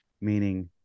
meaning